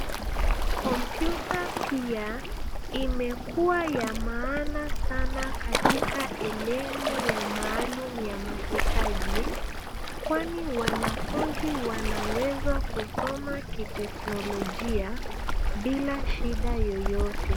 Kompyuta pia imekuwa ya maana sana katika elimu ya maalum ya mahitaji kwani wanafunzi wanaweza kusoma kiteknolojia bila shida yoyote.